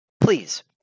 Please